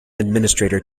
administrator